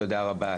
תודה רבה,